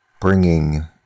bringing